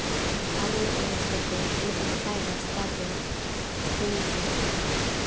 ᱟᱢ ᱩᱱᱟᱹᱜ ᱢᱚᱡᱽ ᱠᱟᱛᱮᱜ ᱩᱱᱟᱹᱜ ᱱᱟᱯᱟᱭ ᱨᱟᱥᱛᱟ ᱛᱮ ᱤᱧ ᱜᱮ